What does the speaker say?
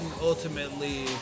ultimately